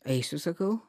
eisiu sakau